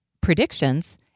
predictions